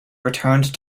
returned